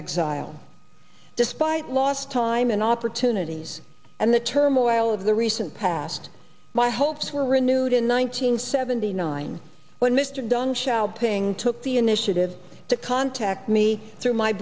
exile despite lost time and opportunities and the turmoil of the recent past my hopes were renewed in one nine hundred seventy nine when mr dunne child paying took the initiative to contact me through my